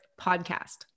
podcast